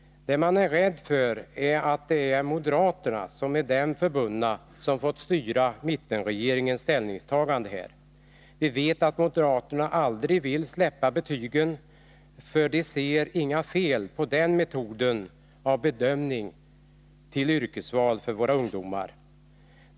Det som man är rädd för är att det är moderaterna och med dem förbundna som fått styra mittenregeringens ställningstagande. Vi vet att moderaterna aldrig vill släppa betygen — de ser inga fel på den metoden av bedömning inför våra ungdomars yrkesval.